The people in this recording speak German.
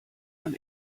man